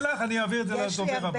אם אין לך, אעבור לדובר הבא.